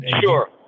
Sure